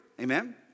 Amen